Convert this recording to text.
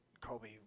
Kobe